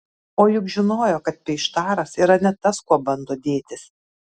o juk žinojo kad peištaras yra ne tas kuo bando dėtis